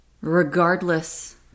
regardless